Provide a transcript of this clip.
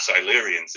Silurians